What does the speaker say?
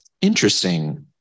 interesting